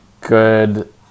good